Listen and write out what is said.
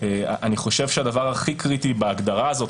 אני חושב שהדבר הכי קריטי בהגדרה הזאת,